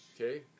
okay